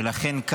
ולכן,